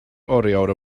oriawr